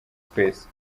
twese